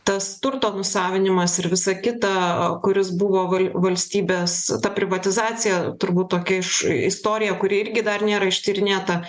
tas turto nusavinimas ir visa kita kuris buvo val valstybės ta privatizacija turbūt tokia iš istorija kuri irgi dar nėra ištyrinėta